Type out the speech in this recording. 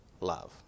love